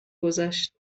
گذشت